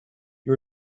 you